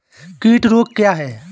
कीट रोग क्या है?